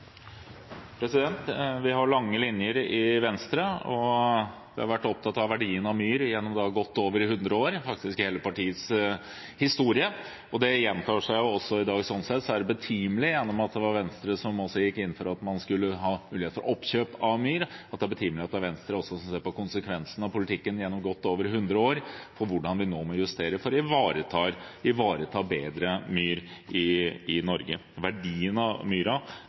Vi har lange linjer i Venstre, og vi har vært opptatt av verdien av myr gjennom godt over 100 år, faktisk i hele partiets historie. Det gjentar seg også i dag. Sånn sett er det betimelig, siden det var Venstre som gikk inn for at man skulle ha mulighet for oppkjøp av myr, at det også er Venstre som ser på konsekvensene av politikken gjennom godt over 100 år, for hvordan vi nå må justere for å ivareta myr bedre i Norge. Verdien av myra